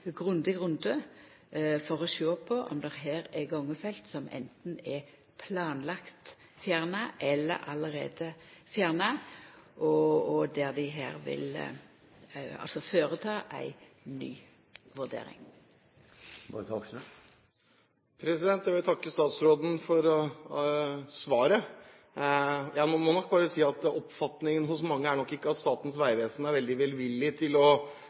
grundig runde for å sjå på om det her er gangfelt som anten er planlagt fjerna eller allereie fjerna, og der dei vil føreta ei ny vurdering. Jeg vil takke statsråden for svaret. Jeg må nok bare si at oppfatningen hos mange er ikke at Statens vegvesen er veldig velvillig til å